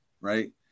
right